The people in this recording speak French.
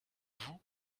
vous